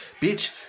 Bitch